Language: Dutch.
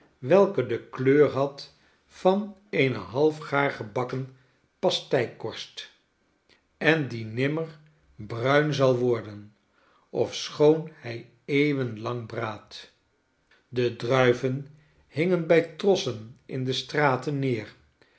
welke de kleur had van eene halfgaar gebakken pasteikorst en die nimmer bruin zal worden ofschoon hij eeuwen lang braadt de druiven hingen bij trossen in de straten neer